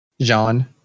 John